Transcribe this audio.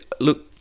look